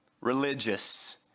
religious